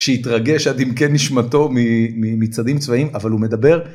שיתרגש עד עמקי נשמתו מצעדים צבאיים אבל הוא מדבר